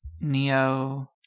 Neo